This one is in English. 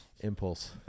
impulse